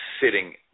sitting